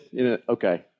Okay